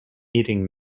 eating